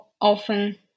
often